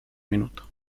minuto